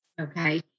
Okay